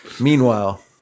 Meanwhile